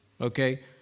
Okay